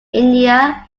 india